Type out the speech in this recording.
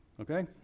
Okay